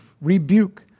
rebuke